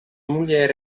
mulher